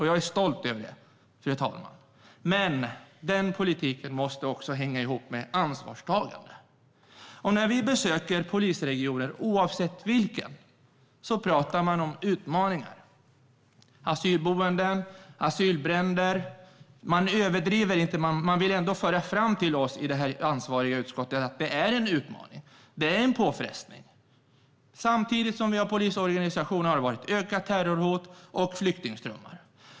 Jag är stolt över det, fru talman. Men den politiken måste också hänga ihop med ansvarstagande. När vi besöker polisregioner, oavsett vilken, pratar de om utmaningar. Det handlar om asylboenden och asylbränder. De överdriver inte, men de vill ändå föra fram till oss i det ansvariga utskottet att det är en utmaning och en påfrestning. Samtidigt som vi har en ny polisorganisation har det varit ökat terrorhot och flyktingströmmar.